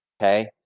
Okay